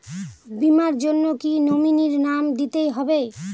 বীমার জন্য কি নমিনীর নাম দিতেই হবে?